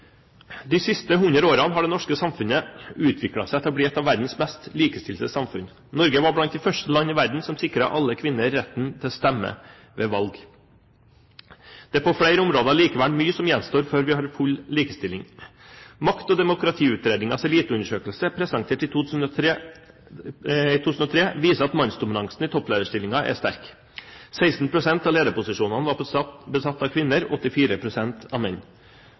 De siste 100 årene har det norske samfunnet utviklet seg til å bli et av verdens mest likestilte samfunn. Norge var blant de første land i verden som sikret alle kvinner retten til å stemme ved valg. Det er på flere områder likevel mye som gjenstår før vi har full likestilling. Makt- og demokratiutredningens eliteundersøkelse, presentert i 2003, viser at mannsdominansen i topplederstillinger er sterk. 16 pst. av lederposisjoner var besatt av kvinner, 84 pst. av menn.